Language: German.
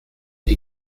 die